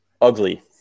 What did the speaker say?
ugly